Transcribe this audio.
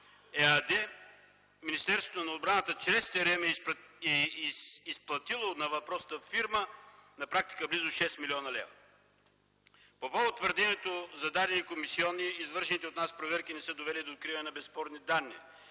ЕАД Министерството на отбраната чрез „Терем” е изплатило на въпросната фирма на практика близо 6 млн. лв. По повод твърдението за дадени комисионни, извършените от нас проверки не са довели до откриване на безспорни данни